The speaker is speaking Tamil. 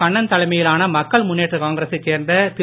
கண்ணன் தலைமையிலான மக்கள் முன்னேற்ற காங்கிரசைச் சேர்ந்த திரு